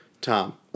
Tom